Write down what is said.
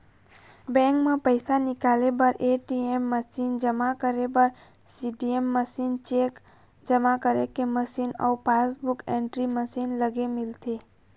bank म पइसा निकाले बर ए.टी.एम मसीन, जमा करे बर सीडीएम मशीन, चेक जमा करे के मशीन अउ पासबूक एंटरी मशीन लगे मिलथे